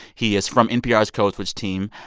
he is from npr's code switch team,